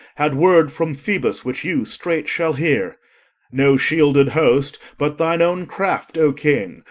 had word from phoebus which you straight shall hear no shielded host, but thine own craft, o king!